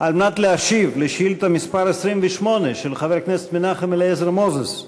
על מנת להשיב על שאילתה מס' 28 של חבר הכנסת מנחם אליעזר מוזס.